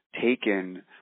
taken